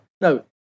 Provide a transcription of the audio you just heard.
No